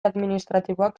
administratiboak